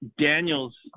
Daniel's